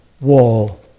wall